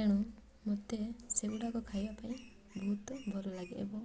ଏଣୁ ମତେ ସେଗୁଡ଼ାକ ଖାଇବା ପାଇଁ ବହୁତ ଭଲଲାଗେ ଏବଂ